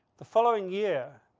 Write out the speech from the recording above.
the following year,